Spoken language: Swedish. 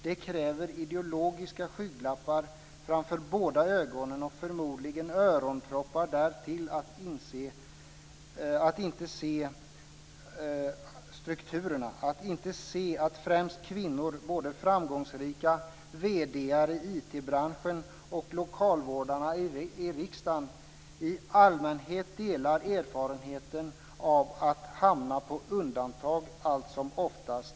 Det kräver ideologiska skygglappar framför båda ögonen och förmodligen öronproppar därtill för att inte se strukturerna och att främst kvinnor, både framgångsrika vd:ar i IT-branschen och lokalvårdarna i riksdagen, i allmänhet delar erfarenheten av att hamna på undantag alltsomoftast.